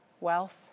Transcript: wealth